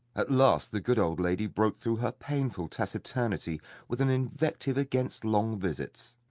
at last the good old lady broke through her painful taciturnity with an invective against long visits.